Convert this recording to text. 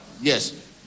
Yes